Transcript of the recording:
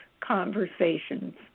Conversations